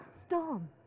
Storm